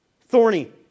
Thorny